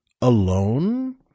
alone